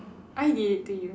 I did it to you